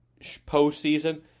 postseason